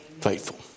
faithful